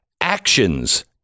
actions